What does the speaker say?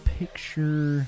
picture